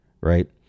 right